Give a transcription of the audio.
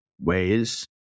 ways